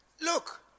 Look